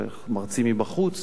ומרצים מבחוץ.